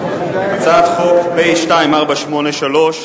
הצעת חוק פ/2483,